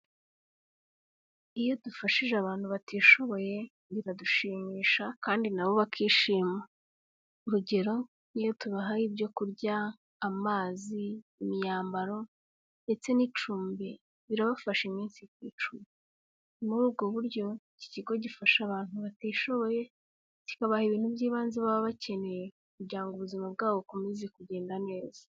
Iyo dufashije abantu batishoboye biradushimisha kandi nabo bakishima, urugero nk'iyo tubahaye ibyo kurya, amazi, imyambaro ndetse n'icumbi birabafasha iminsi ikicuma, muri ubwo buryo, iki kigo gifasha abantu batishoboye kikabaha ibintu by'ibanze baba bakeneye, kugira ngo ubuzima bwabo bukomeze kugenda neza.